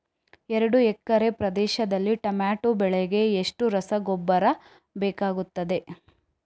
ಎರಡು ಎಕರೆ ಪ್ರದೇಶದಲ್ಲಿ ಟೊಮ್ಯಾಟೊ ಬೆಳೆಗೆ ಎಷ್ಟು ರಸಗೊಬ್ಬರ ಬೇಕಾಗುತ್ತದೆ?